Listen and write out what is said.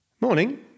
Morning